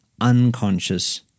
unconscious